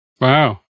Wow